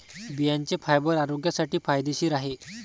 बियांचे फायबर आरोग्यासाठी फायदेशीर आहे